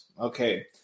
Okay